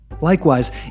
Likewise